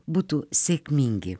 būtų sėkmingi